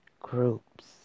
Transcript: groups